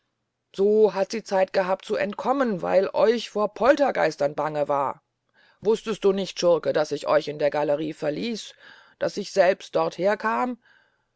so hat sie zeit gehabt zu entkommen weil euch vor poltergeistern bange war wustest du nicht schurke daß ich euch in der gallerie verließ daß ich selbst dorther kam